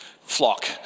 flock